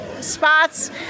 spots